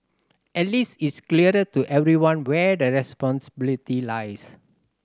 at least it's clearer to everyone where the responsibility lies